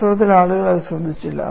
വാസ്തവത്തിൽ ആളുകൾ അത് ശ്രദ്ധിച്ചില്ല